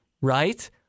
right